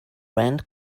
rent